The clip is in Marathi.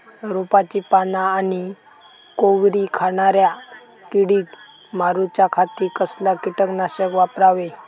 रोपाची पाना आनी कोवरी खाणाऱ्या किडीक मारूच्या खाती कसला किटकनाशक वापरावे?